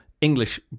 English